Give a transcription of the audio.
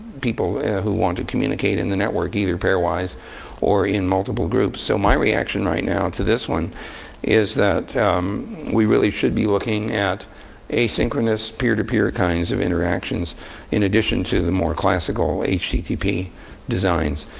people who want to communicate in the network, either peer-wise or in multiple groups. so my reaction right now to this one is that we really should be looking at asynchronous, peer-to-peer kinds of interactions in addition to the more classical http designs.